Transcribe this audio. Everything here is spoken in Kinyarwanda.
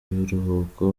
biruhuko